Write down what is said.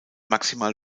maximal